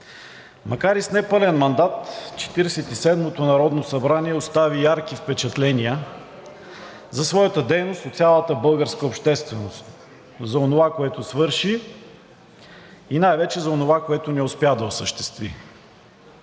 Макар и с непълен мандат, Четиридесет и седмото народно събрание остави ярки впечатления за своята дейност у цялата българска общественост за онова, което свърши, и най-вече за онова, което не успя да осъществи.